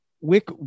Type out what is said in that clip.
Wick